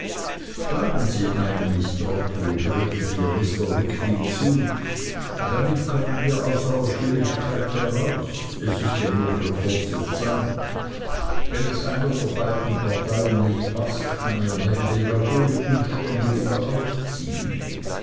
schlagen sie ein miß trotwood redete ihr mr wickfield zu damit kommen wir aus aller schwierigkeit heraus es ist ja nur für kurze zeit wenn es einer der beiden parteien nicht paßt kann ihr neffe ja ohne umstände wieder ausziehen